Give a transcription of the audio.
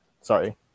sorry